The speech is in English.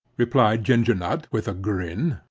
replied ginger nut with a grin.